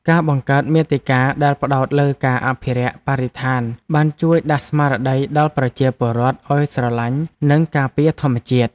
ការបង្កើតមាតិកាដែលផ្ដោតលើការអភិរក្សបរិស្ថានបានជួយដាស់ស្មារតីដល់ប្រជាពលរដ្ឋឱ្យស្រឡាញ់ និងការពារធម្មជាតិ។